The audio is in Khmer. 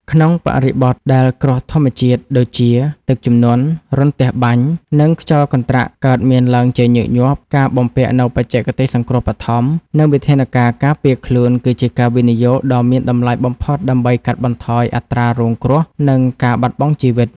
ក្នុងបរិបទដែលគ្រោះធម្មជាតិដូចជា ទឹកជំនន់ រន្ទះបាញ់ និងខ្យល់កន្ត្រាក់កើតមានឡើងជាញឹកញាប់ ការបំពាក់នូវបច្ចេកទេសសង្គ្រោះបឋម និងវិធានការការពារខ្លួន គឺជាការវិនិយោគដ៏មានតម្លៃបំផុតដើម្បីកាត់បន្ថយអត្រារងគ្រោះ និងការបាត់បង់ជីវិត។